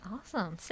Awesome